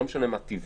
לא משנה מה טיבה,